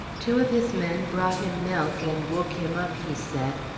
two of his men brought him milk, and woke him up, he said.